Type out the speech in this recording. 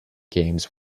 games